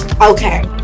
okay